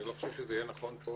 אני לא חושב שזה יהיה נכון פה,